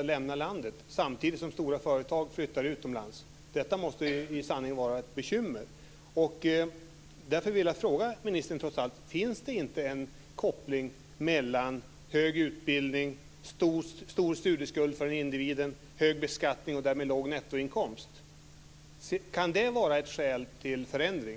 ungdomar lämnar landet samtidigt som stora företag flyttar utomlands. Detta måste ju i sanning vara ett bekymmer. Därför vill jag trots allt fråga ministern: Finns det inte en koppling mellan hög utbildning, stor studieskuld för individen och hög beskattning och därmed låg nettoinkomst? Kan det vara ett skäl till förändring?